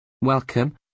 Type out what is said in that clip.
Welcome